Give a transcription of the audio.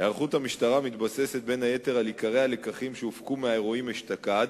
היערכות המשטרה מתבססת בין היתר על עיקרי הלקחים שהופקו מהאירועים אשתקד